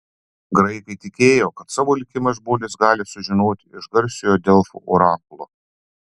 graikai tikėjo kad savo likimą žmonės gali sužinoti iš garsiojo delfų orakulo